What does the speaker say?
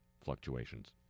fluctuations